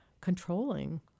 controlling